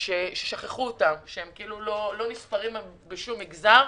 שכחו אותם, שהם לא נספרים בשום מגזר.